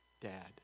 Dad